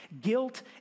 Guilt